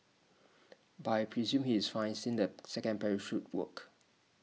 but I presume he is fine since the second parachute worked